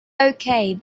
okay